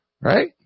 Right